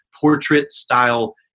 portrait-style